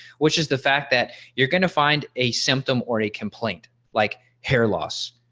which is the fact that you're going to find a symptom or a complaint like hair loss.